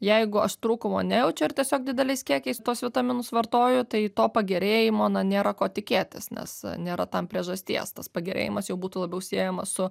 jeigu aš trūkumo nejaučiu ar tiesiog dideliais kiekiais tuos vitaminus vartoju tai to pagerėjimo na nėra ko tikėtis nes nėra tam priežasties tas pagerėjimas jau būtų labiau siejamas su